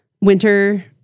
winter